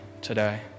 today